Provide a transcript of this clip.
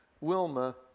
Wilma